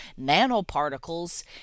nanoparticles